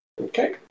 Okay